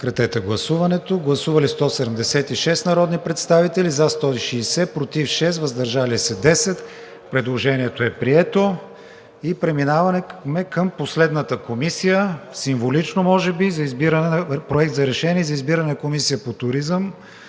за гласуване. Гласували 176 народни представители: за 160, против 6, въздържали се 10. Предложението е прието. Преминаваме към последната комисия, може би символично, Проект за решение за избиране на Комисия по туризъм.